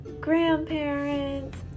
grandparents